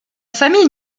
famille